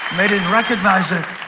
they didn't recognize it.